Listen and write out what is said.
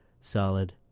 solid